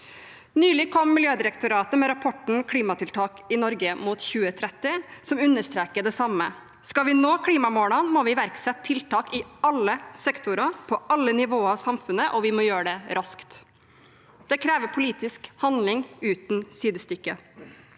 Nylig kom Miljødirektoratet med rapporten Klimatiltak i Norge mot 2030, som understreker det samme. Skal vi nå klimamålene, må vi iverksette tiltak i alle sektorer, på alle nivåer av samfunnet, og vi må gjøre det raskt. Det krever politisk handling uten sidestykke.